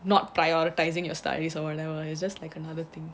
not prioritizing your studies or whatever it's just like another thing